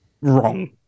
wrong